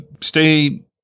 stay